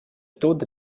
tuot